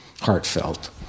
heartfelt